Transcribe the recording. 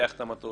לאבטח את המטוס,